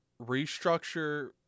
restructure